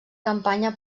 campanya